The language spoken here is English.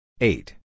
eight